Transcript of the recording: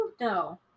No